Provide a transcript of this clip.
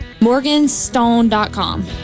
Morganstone.com